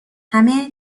همه